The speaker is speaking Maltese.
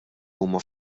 huma